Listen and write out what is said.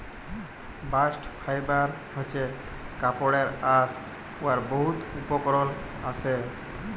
bast fibre হছে কাপড়ের আঁশ উয়ার বহুত উপকরল আসে